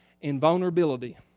invulnerability